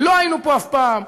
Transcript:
ולא היינו פה אף פעם,